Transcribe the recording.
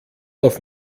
auf